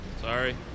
Sorry